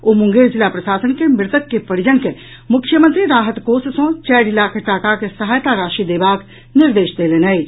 ओ मुंगेर जिला प्रशासन के मृतक के परिजन के मुख्यमंत्री राहत कोष सँ चारि लाख टाकाक सहायता राशि देबाक निर्देश देलनि अछि